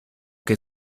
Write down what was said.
que